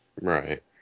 Right